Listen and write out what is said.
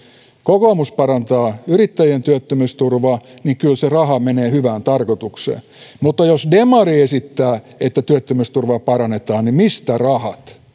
kokoomus parantaa yrittäjien työttömyysturvaa niin kyllä se raha menee hyvään tarkoitukseen mutta jos demari esittää että työttömyysturvaa parannetaan niin mistä rahat